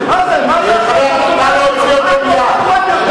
נא להוציא אותו מייד.